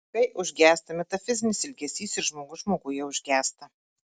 kai užgęsta metafizinis ilgesys ir žmogus žmoguje užgęsta